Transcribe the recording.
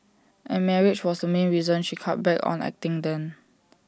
and marriage was the main reason she cut back on acting then